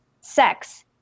sex